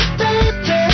baby